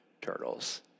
turtles